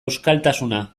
euskaltasuna